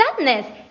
Sadness